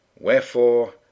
Wherefore